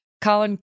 Colin